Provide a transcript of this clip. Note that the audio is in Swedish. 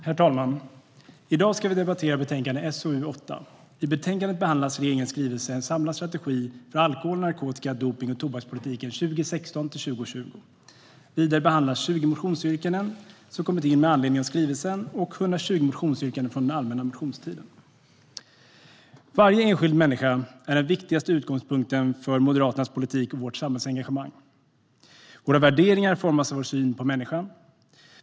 Herr talman! I dag debatterar vi betänkande SoU8. I betänkandet behandlas regeringens skrivelse En samlad strategi för alkohol , narkotika , dopnings och tobakspolitiken 2016-2020 . Vidare behandlas 20 motionsyrkanden som kommit in med anledning av skrivelsen och 120 motionsyrkanden från den allmänna motionstiden. Varje enskild människa är den viktigaste utgångspunkten för Moderaternas politik och vårt samhällsengagemang. Våra värderingar formas av vår syn på människan.